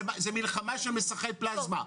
זו מלחמה של מסכי פלזמה.